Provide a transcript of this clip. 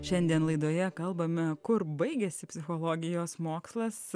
šiandien laidoje kalbame kur baigiasi psichologijos mokslas